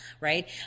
right